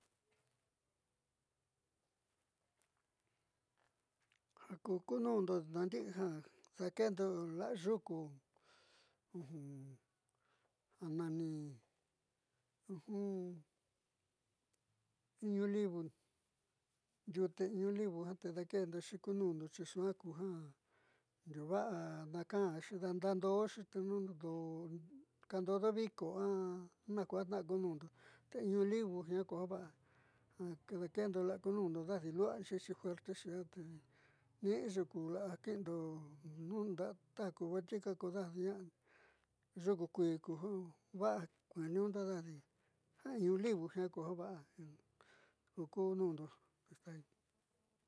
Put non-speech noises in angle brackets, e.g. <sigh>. Ja ku kunuundo naandi'i ja dake'endo la'a yuku ja nani iñu livu ndiute iñu livu ja te daake'endoxi ku nu'undo xi suaa ku ja ndiuva'a nakaanxi dandaando'oxi te nuja kandodo viko a najkujatnaá ku nundo te inu livu jiaa ku ja va'a dake'endo la'a ku nundo daddi lu'uaxi xi fuertexi ni'i yuku la'a ja kui'indo nun da'a ku botica kodadi ña'a yuku kuii ku ja va'a kueetni'iñundo dadi ja iñu livu ja ku ja va'a ja ku kunnundo. <noise>